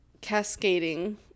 cascading